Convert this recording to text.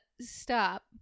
stop